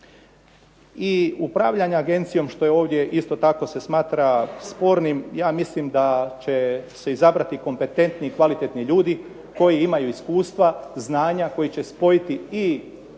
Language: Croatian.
I upravljanja agencijom, što je ovdje, isto tako se smatra spornim, ja mislim da će se izabrati kompetentni i kvalitetni ljudi koji imaju iskustva, znanja, koji će spojiti i ovo